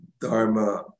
dharma